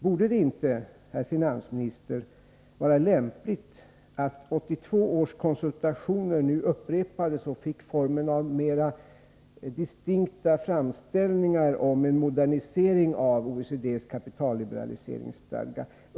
Borde det inte, herr finansminister, vara lämpligt att 1982 års konsultationer nu upprepades och att därvid gjordes mera distinkta framställningar om en modernisering av OECD:s kapitalliberaliseringsstadga?